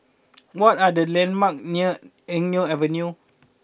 what are the landmarks near Eng Neo Avenue